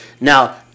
Now